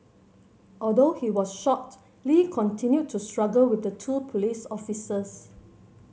although he was shot Lee continued to struggle with the two police officers